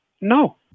No